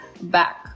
back